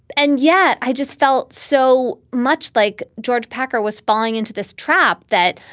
and yet i just felt so much like george packer was falling into this trap that,